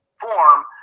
form